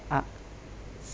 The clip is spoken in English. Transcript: art